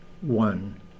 one